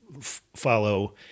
follow